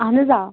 اَہَن حظ آ